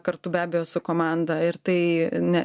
kartu be abejo su komanda ir tai ne